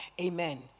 Amen